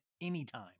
anytime